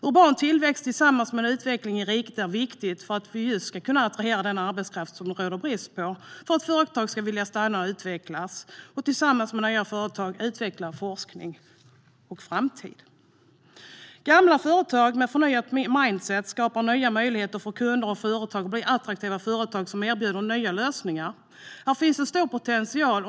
Urban tillväxt tillsammans med utveckling i riket är viktigt för att vi ska kunna attrahera just den arbetskraft som det råder brist på och för att företag ska vilja stanna och utvecklas och tillsammans med nya företag utveckla forskning och framtid. Gamla företag med förnyat mindset skapar nya möjligheter för kunder och företag att bli attraktiva företag som erbjuder nya lösningar. Här finns en stor potential.